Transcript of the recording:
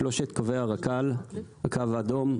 אני אתייחס בעיקר דבריי לשלושת קווי הרכ"ל: הקו האדום,